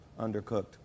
undercooked